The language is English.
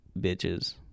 bitches